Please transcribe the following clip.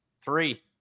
three